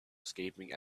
escaping